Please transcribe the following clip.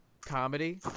comedy